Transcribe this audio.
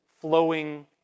flowing